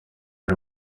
ari